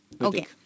Okay